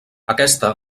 aquesta